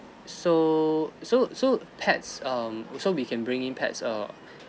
so so so pets um so we can bringing pets err